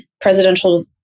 presidential